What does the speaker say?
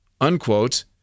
unquote